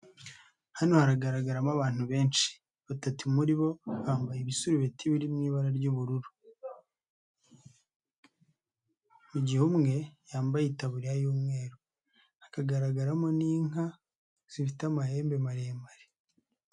Hano hagaragaramo benshi, batatu muri bo biri ry'ubururu. Mu gihe umwe yambaye itaburiya y'umweru, hakagaragaramo n'inka ifite amahembe maremare.